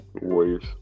Warriors